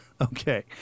Okay